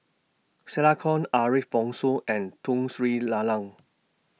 Stella Kon Ariff Bongso and Tun Sri Lalang